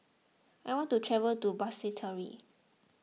I want to travel to Basseterre